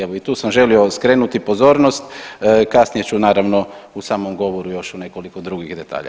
Evo i tu sam želio skrenuti pozornost, kasnije ću naravno u samom govoru još o nekoliko drugih detalja.